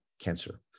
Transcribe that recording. cancer